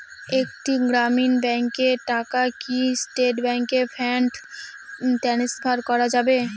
একটি গ্রামীণ ব্যাংকের টাকা কি স্টেট ব্যাংকে ফান্ড ট্রান্সফার করা যাবে?